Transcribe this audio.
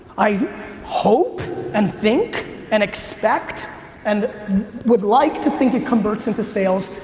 i hope and think and expect and would like to think it converts into sales,